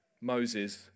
Moses